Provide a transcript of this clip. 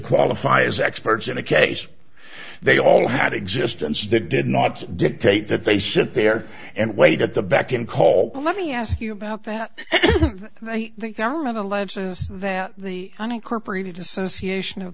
qualify as experts in a case they all had existence that did not dictate that they sit there and wait at the beck and call but let me ask you about that the government alleges that the unincorporated association of